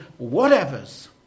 whatevers